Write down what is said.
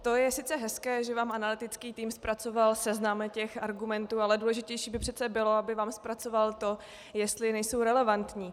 To je sice hezké, že vám analytický tým zpracoval seznam těch argumentů, ale důležitější by přece bylo, aby vám zpracoval to, jestli nejsou relevantní.